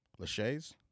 Lachey's